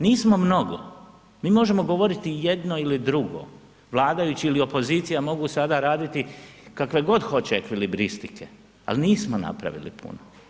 Nismo mnogo, mi možemo govoriti jedno ili drugo, vladajući ili opozicija mogu sada raditi kakve god hoće ekvilibristike, ali nismo napravili puno.